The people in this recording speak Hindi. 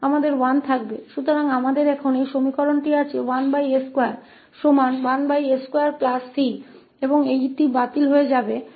तो अब हमारे पास यह समीकरण है कि 1s21s2 𝑐 के बराबर है और यह रद्द हो जाएगा